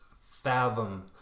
fathom